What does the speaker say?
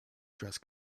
dress